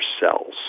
cells